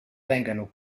vengano